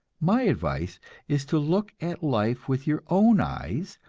my advice is to look at life with your own eyes,